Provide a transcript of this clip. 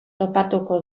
topatuko